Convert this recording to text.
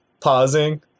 pausing